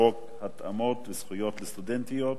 התאמות וזכויות לסטודנטיות